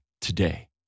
today